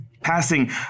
passing